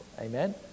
amen